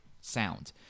sound